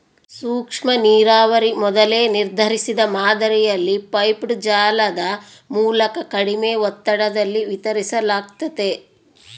ಸೂಕ್ಷ್ಮನೀರಾವರಿ ಮೊದಲೇ ನಿರ್ಧರಿಸಿದ ಮಾದರಿಯಲ್ಲಿ ಪೈಪ್ಡ್ ಜಾಲದ ಮೂಲಕ ಕಡಿಮೆ ಒತ್ತಡದಲ್ಲಿ ವಿತರಿಸಲಾಗ್ತತೆ